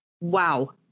Wow